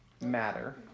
matter